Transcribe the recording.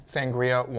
Sangria